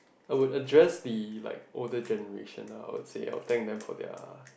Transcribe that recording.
I would address the like older generation ah I would say I will thank them for their